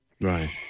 Right